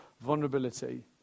vulnerability